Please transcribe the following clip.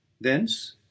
Thence